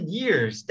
years